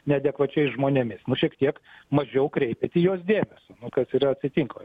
neadekvačiais žmonėmis nu šiek tiek mažiau kreipiat į juos dėmesio nu kas ir atsitiko